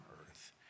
earth